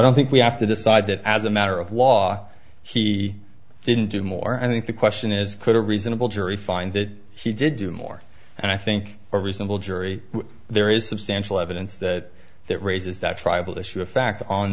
don't think we have to decide that as a matter of law he didn't do more i think the question is could a reasonable jury find that he did do more and i think a reasonable jury there is substantial evidence that that raises that tribal issue of fact on